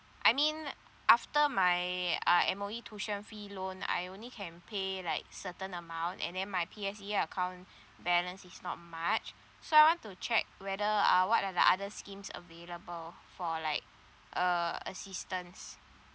I mean like after my uh M_O_E tuition fee loan I only can pay like certain amount and then my P_S_E_A account balance is not much so I want to check whether uh what are the other schemes available for like uh assistance